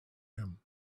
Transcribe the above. him